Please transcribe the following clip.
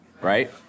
right